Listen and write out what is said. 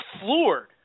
floored